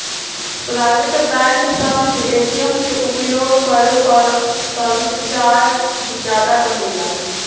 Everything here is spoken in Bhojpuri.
प्राइवेट बैंक सन के ए.टी.एम के उपयोग करे पर सर्विस चार्ज जादा कटेला